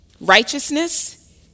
Righteousness